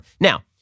Now